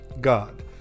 God